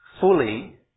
fully